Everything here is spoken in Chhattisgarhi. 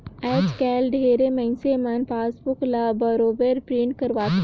आयज कायल ढेरे मइनसे मन पासबुक ल बरोबर पिंट करवाथे